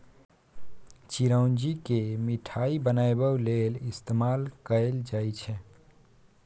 चिरौंजी केँ मिठाई बनाबै लेल इस्तेमाल कएल जाई छै